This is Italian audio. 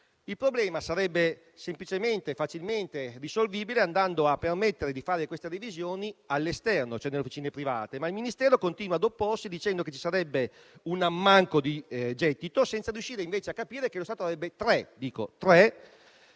Il problema sarebbe semplicemente e facilmente risolvibile permettendo di effettuare tali revisioni all'esterno, nelle officine private. Il Ministero continua però ad opporsi, dicendo che ci sarebbe un ammanco di gettito, senza riuscire a capire che lo Stato avrebbe invece tre